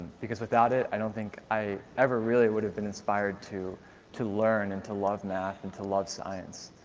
because without it, i don't think i ever really would have been inspired to to learn and to love math, and to love science.